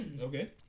Okay